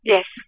Yes